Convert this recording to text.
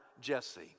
Jesse